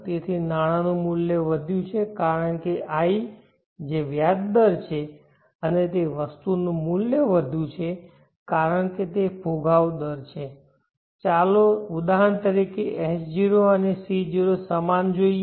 તેથી નાણાંનું મૂલ્ય વધ્યું છે કારણ કે i જે વ્યાજ દર છે અને તે વસ્તુનું મૂલ્ય વધ્યું છે કારણ કે તે ફુગાવો દર છે ચાલો ઉદાહરણ તરીકે S0 અને C0 સમાન જોઈએ